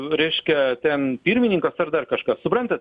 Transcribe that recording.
reiškia ten pirmininkas ar dar kažkas suprantat